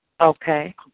Okay